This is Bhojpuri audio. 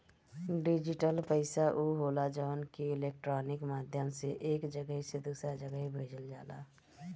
डिजिटल पईसा उ होला जवन की इलेक्ट्रोनिक माध्यम से एक जगही से दूसरा जगही भेजल जाला